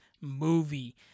movie